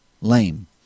lame